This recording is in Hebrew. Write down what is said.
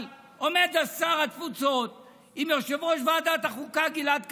אבל עומד שר התפוצות עם יושב-ראש ועדת החוקה גלעד קריב,